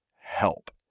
help